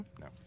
No